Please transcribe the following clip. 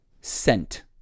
scent